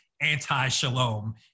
anti-shalom